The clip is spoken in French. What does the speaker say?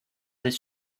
des